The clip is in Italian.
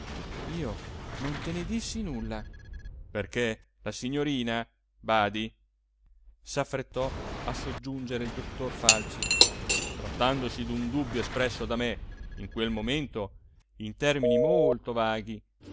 io non te ne dissi nulla perché la signorina badi s'affrettò a soggiungere il dottor falci trattandosi d'un dubbio espresso da me in quel momento in termini molto vaghi